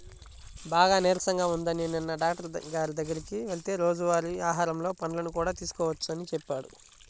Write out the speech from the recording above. బాగా నీరసంగా ఉందని నిన్న డాక్టరు గారి దగ్గరికి వెళ్తే రోజువారీ ఆహారంలో పండ్లను కూడా తీసుకోమని చెప్పాడు